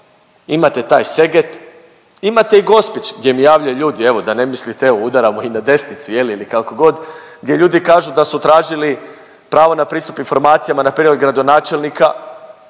imate taj Seget, imate i Gospić gdje mi javljaju ljudi evo da ne mislite evo udaramo i na desnicu ili kakogod, gdje ljudi kažu da su tražili pravo na pristup informacijama na prijedlog gradonačelnika,